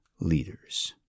leaders